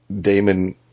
Damon